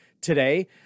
today